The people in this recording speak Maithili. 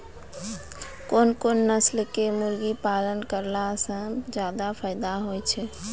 कोन कोन नस्ल के मुर्गी पालन करला से ज्यादा फायदा होय छै?